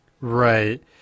Right